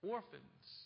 Orphans